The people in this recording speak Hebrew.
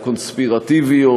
הקונספירטיביות,